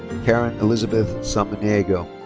karen elizabeth samaniego.